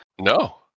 No